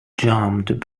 jammed